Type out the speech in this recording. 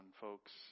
folks